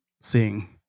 seeing